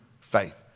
faith